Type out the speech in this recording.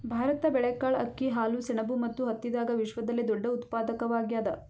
ಭಾರತ ಬೇಳೆಕಾಳ್, ಅಕ್ಕಿ, ಹಾಲು, ಸೆಣಬು ಮತ್ತು ಹತ್ತಿದಾಗ ವಿಶ್ವದಲ್ಲೆ ದೊಡ್ಡ ಉತ್ಪಾದಕವಾಗ್ಯಾದ